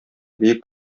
бөек